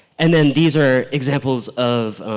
and then these are examples of